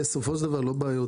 בסופו של דבר אלה לא בעיות,